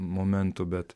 momentu bet